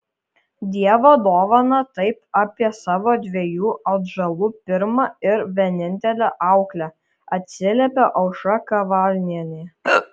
dievo dovana taip apie savo dviejų atžalų pirmą ir vienintelę auklę atsiliepia aušra kavalnienė